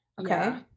Okay